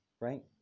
right